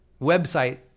website